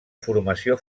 formació